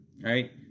right